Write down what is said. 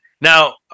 now